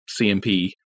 CMP